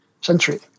century